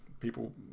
People